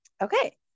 Okay